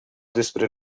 despre